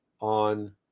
on